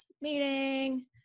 meeting